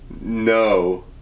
no